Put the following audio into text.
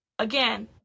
Again